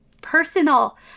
personal